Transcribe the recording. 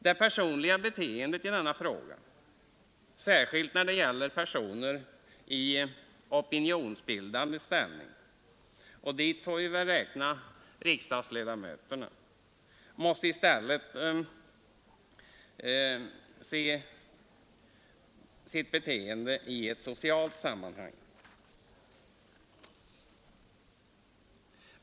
Det personliga beteendet i denna fråga — särskilt då det gäller personer i opinionsbildande ställning; och till dem får vi väl räkna riksdagsledamöterna — måste i stället ses i ett socialt sammanhang.